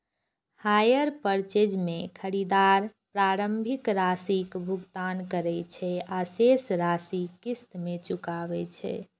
hire purchase मे खरीदार प्रारंभिक राशिक भुगतान करै छै आ शेष राशि किस्त मे चुकाबै छै